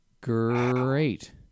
Great